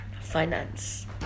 finance